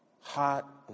hot